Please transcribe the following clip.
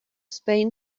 spain